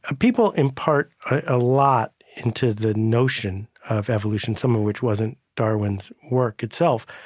ah people impart a lot into the notion of evolution some of which wasn't darwin's work itself.